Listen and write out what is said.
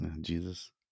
Jesus